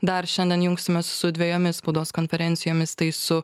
dar šiandien jungsimės su dvejomis spaudos konferencijomis tai su